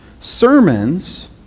sermons